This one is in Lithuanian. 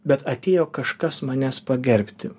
bet atėjo kažkas manęs pagerbti